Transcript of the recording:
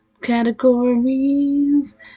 Categories